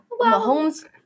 Mahomes